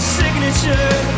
signature